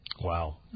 Wow